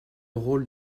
rôle